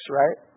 right